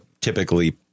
typically